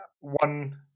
one